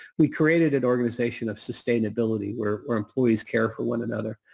we created an organization of sustainability where our employees care for one another,